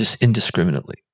indiscriminately